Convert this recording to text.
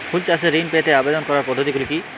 ফুল চাষে ঋণ পেতে আবেদন করার পদ্ধতিগুলি কী?